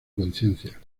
conciencia